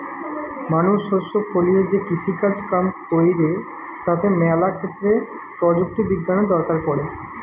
মানুষ শস্য ফলিয়ে যে কৃষিকাজ কাম কইরে তাতে ম্যালা ক্ষেত্রে প্রযুক্তি বিজ্ঞানের দরকার পড়ে